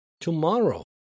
Tomorrow